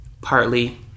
partly